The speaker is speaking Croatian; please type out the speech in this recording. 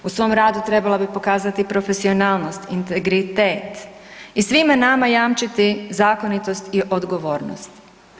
U svom radu trebala bi pokazati profesionalnost, integritet i svima nama jamčiti zakonitost i odgovornost.